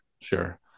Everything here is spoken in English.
sure